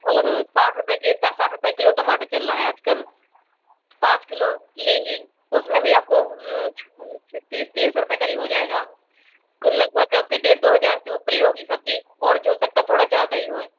और साठ रुपये के टा साठ रुपये किलो टमाटर चल रहा आज कल पाँच किलो लेंगी उसमें भी आपको पाँच छः तीस तीन सौ रुपये क़रीब हो जाएगा लगभग आपके डेढ़ दो हज़ार से ऊपर ही होगी सब्ज़ी और जो हो सकता है थोड़ा ज़्यादा ही होए